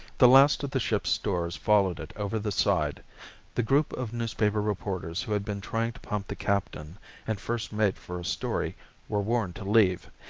the last of the ship's stores followed it over the side the group of newspaper reporters who had been trying to pump the captain and first mate for a story were warned to leave,